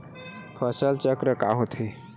फसल चक्र का होथे?